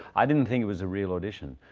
i didn't think it was a real audition.